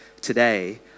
today